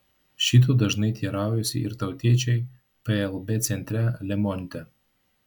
šito dažnai teiraujasi ir tautiečiai plb centre lemonte